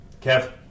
Kev